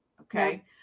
Okay